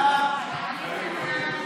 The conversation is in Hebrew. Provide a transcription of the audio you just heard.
חוק לעניין